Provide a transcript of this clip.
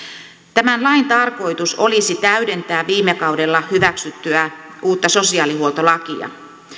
tämän lain tarkoitus olisi täydentää viime kaudella hyväksyttyä uutta sosiaalihuoltolakia